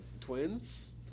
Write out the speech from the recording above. twins